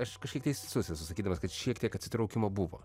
aš kažkiek teisus sakydamas kad šiek tiek atsitraukimo buvo